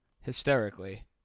hysterically